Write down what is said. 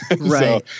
Right